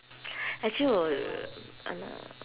actually 我 y~ !hanna!